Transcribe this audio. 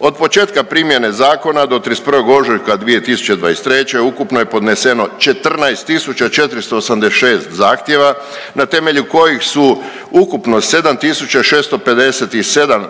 Od početka primjene zakona do 31. ožujka 2023. ukupno je podneseno 14486 zahtjeva na temelju kojih su ukupno 7657